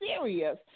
serious